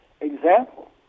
example